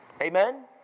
Amen